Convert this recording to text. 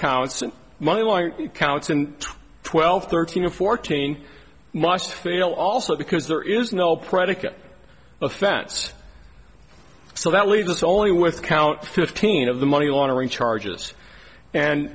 counts and money one counts and twelve thirteen or fourteen must fail also because there is no predicate offense so that leaves us only with count fifteen of the money laundering charges and